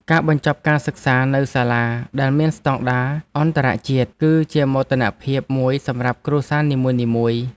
ការបញ្ចប់ការសិក្សានៅសាលាដែលមានស្តង់ដារអន្តរជាតិគឺជាមោទនភាពមួយសម្រាប់គ្រួសារនីមួយៗ។